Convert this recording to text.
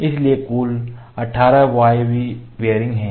इसलिए कुल 18 वायवीय बीयरिंग है